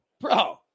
Bro